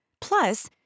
Plus